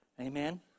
Amen